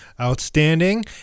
Outstanding